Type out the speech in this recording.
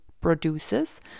produces